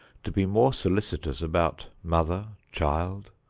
to be more solicitous about mother, child,